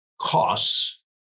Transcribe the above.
costs